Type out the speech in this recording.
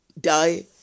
die